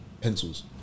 pencils